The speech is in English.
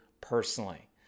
personally